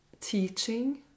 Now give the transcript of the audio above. Teaching